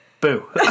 boo